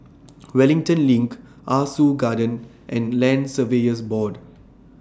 Wellington LINK Ah Soo Garden and Land Surveyors Board